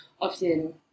often